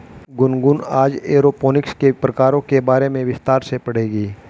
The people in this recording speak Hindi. गुनगुन आज एरोपोनिक्स के प्रकारों के बारे में विस्तार से पढ़ेगी